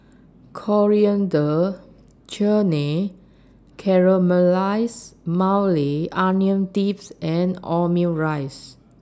Coriander Chutney Caramelized Maui Onion Dips and Omurice